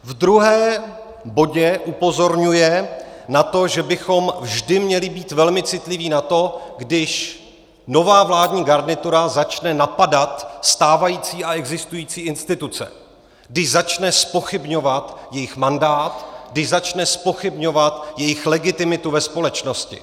V druhém bodě upozorňuje na to, že bychom vždy měli být velmi citliví na to, když nová vládní garnitura začne napadat stávající a existující instituce, když začne zpochybňovat jejich mandát, když začne zpochybňovat jejich legitimitu ve společnosti.